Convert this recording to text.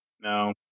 No